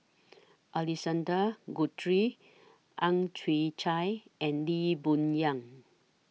Alexander Guthrie Ang Chwee Chai and Lee Boon Yang